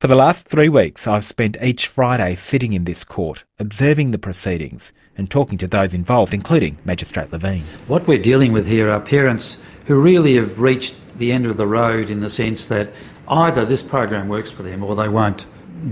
for the last three weeks i've spent each friday sitting in this court, observing the proceedings and talking to those involved, including magistrate levine. what we're dealing with here are parents who really have ah reached the end of the road in the sense that ah either this program works for them or they won't